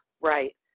right